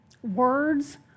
Words